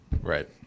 Right